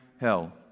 hell